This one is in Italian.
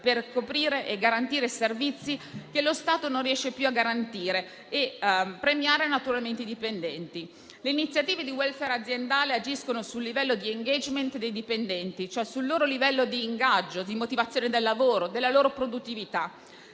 per coprire e garantire servizi che lo Stato non riesce più a garantire e premiare i dipendenti. Le iniziative di *welfare* aziendale agiscono sul livello di *engagement* dei dipendenti, cioè sul loro livello di ingaggio, di motivazione nel lavoro, della loro produttività.